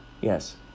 Yes